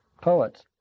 poets